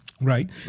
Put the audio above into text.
right